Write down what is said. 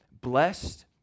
blessed